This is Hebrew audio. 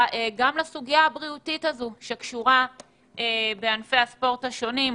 לסוגיה הבריאותית הזו שקשורה בענפי הספורט השונים,